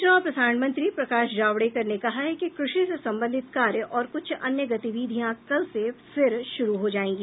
सूचना और प्रसारण मंत्री प्रकाश जावडेकर ने कहा है कि कृषि से संबंधित कार्य और कुछ अन्य गतिविधियां कल से फिर शुरू हो जायेंगी